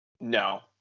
no